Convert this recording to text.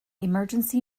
emergency